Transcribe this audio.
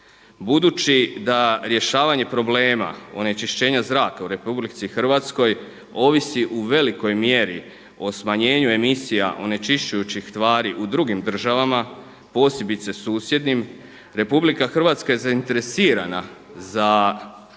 Budući da rješavanje problema onečišćenja zraka u RH ovisi u velikoj mjeri o smanjenju emisija onečišćujućih tvari u drugim državama, posebice susjednim, RH je zainteresirana za